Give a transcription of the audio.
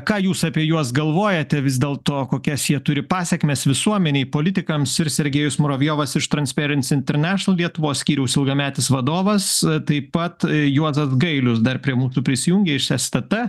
ką jūs apie juos galvojate vis dėl to kokias jie turi pasekmes visuomenei politikams ir sergejus muravjovas iš transperens internešinal lietuvos skyriaus ilgametis vadovas taip pat juozas gailius dar prie mūsų prisijungė iš stt